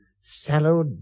sallow